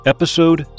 Episode